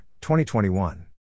2021